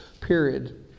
period